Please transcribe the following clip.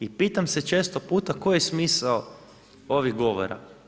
I pitam se često puta koji je smisao ovih govora?